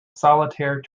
solitaire